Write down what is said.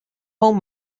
home